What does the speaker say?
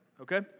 okay